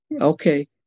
okay